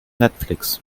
netflix